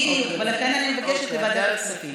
בדיוק, ולכן אני מבקשת לוועדת הכספים.